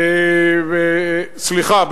סליחה,